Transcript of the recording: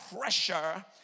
pressure